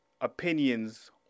opinions